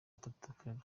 bitatu